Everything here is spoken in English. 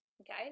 Okay